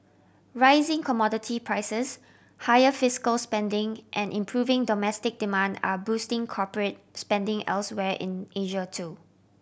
rising commodity prices higher fiscal spending and improving domestic demand are boosting corporate spending elsewhere in Asia too